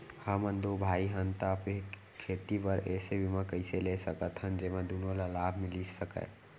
हमन दू भाई हन ता खेती बर ऐसे बीमा कइसे ले सकत हन जेमा दूनो ला लाभ मिलिस सकए?